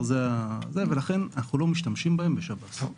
לכן אנחנו לא משתמשים בהן בשב"ס.